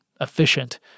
efficient